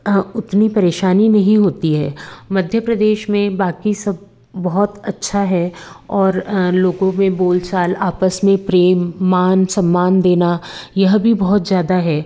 उतनी परेशानी नहीं होती है मध्य प्रदेश में बाक़ी सब बहुत अच्छा है और लोकों में बोल चाल आपस में प्रेम मान सम्मान देना यह भी बहुत ज़्यादा है